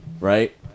right